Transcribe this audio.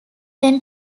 then